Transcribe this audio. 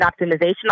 optimization